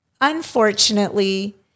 Unfortunately